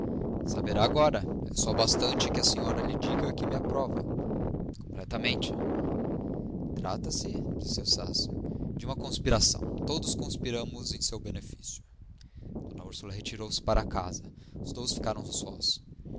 saberá agora é só bastante que a senhora lhe diga que me aprova completamente trata-se disse estácio de uma conspiração todos conspiramos em seu benefício d úrsula retirou-se para casa os dois ficaram